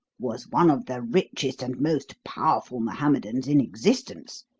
was one of the richest and most powerful mohammedans in existence.